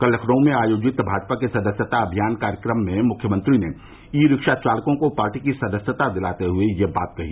कल लखनऊ में आयोजित भाजपा के सदस्यता अभियान कार्यक्रम में मुख्यमंत्री ने ई रिक्शा चालकों को पार्टी की सदस्यता दिलाते हुए यह बात कही